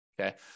okay